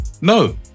No